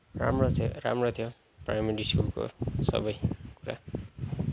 राम्रो थियो राम्रो थियो प्राइमेरी स्कुलको सबै कुरा